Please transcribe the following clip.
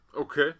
Okay